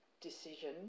decision